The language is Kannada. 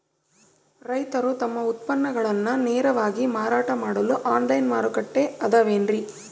ರೈತರು ತಮ್ಮ ಉತ್ಪನ್ನಗಳನ್ನ ನೇರವಾಗಿ ಮಾರಾಟ ಮಾಡಲು ಆನ್ಲೈನ್ ಮಾರುಕಟ್ಟೆ ಅದವೇನ್ರಿ?